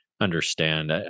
understand